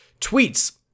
tweets